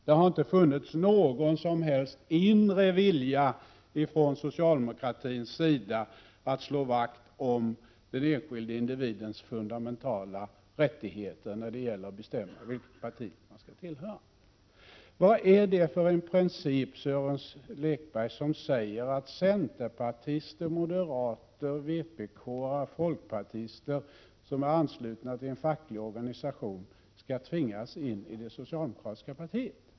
Det har inte funnits någon som helst inre vilja inom socialdemokratin att slå vakt om den enskilde individens fundamentala rättigheter när det gäller att bestämma vilket parti han skall tillhöra. Vad är det för en princip, Sören Lekberg, som säger att centerpartister, moderater, vpk-are, folkpartister som är anslutna till en facklig organisation skall tvingas in i det socialdemokratiska partiet?